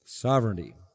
Sovereignty